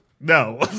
no